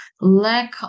lack